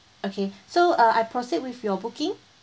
okay so uh I proceed with your booking